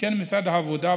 עדכן משרד העבודה,